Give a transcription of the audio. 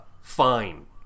fine